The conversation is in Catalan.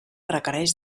requereix